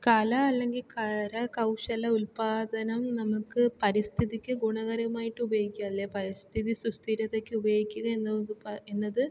കല അല്ലെങ്കിൽ കരകൗശല ഉൽപാദനം നമുക്ക് പരിസ്ഥിതിക്ക് ഗുണകരമായിട്ട് ഉപയോഗിച്ചാൽ പരിസ്ഥിതി സുസ്ഥിരതയ്ക്ക് ഉപയോഗിക്കുക എന്നത് പ എന്നത്